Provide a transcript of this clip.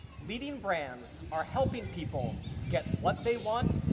leading brands are helping people get what they want,